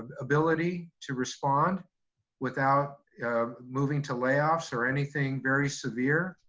ability to respond without moving to layoffs or anything very severe.